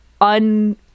un-